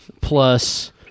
Plus